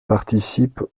participe